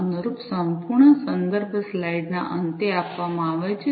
અનુરૂપ સંપૂર્ણ સંદર્ભ સ્લાઇડ્સ ના અંતે આપવામાં આવે છે